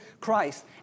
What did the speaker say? Christ